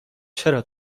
چرا